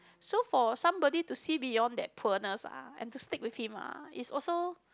so for somebody to see beyond that poorness lah and to stick with him lah is also